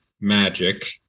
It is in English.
magic